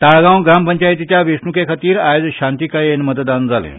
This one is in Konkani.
ताळगांव ग्रामपंचायतीचे वेंचणुके खातीर आयज शांतीकायेन मतदान जालें